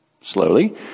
slowly